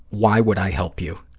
why would i help you.